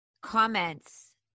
comments